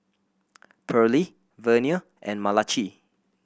Pearley Vernia and Malachi